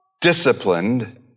disciplined